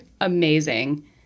amazing